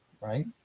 right